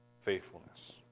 faithfulness